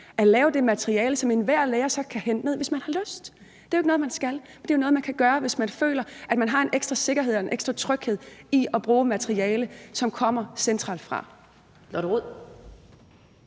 at lave det materiale, som enhver lærer så kan hente ned, hvis man har lyst. Det er jo ikke noget, man skal, det er noget, man kan gøre, hvis man føler, at man får en ekstra sikkerhed og en ekstra tryghed ved at bruge materiale, som kommer centralt fra. Kl.